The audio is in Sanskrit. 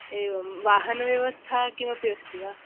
एवं वाहनव्यवस्था किमपि अस्ति वा